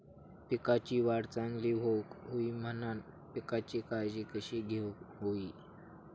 पिकाची वाढ चांगली होऊक होई म्हणान पिकाची काळजी कशी घेऊक होई?